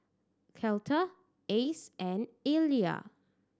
Cleta Ace and Elia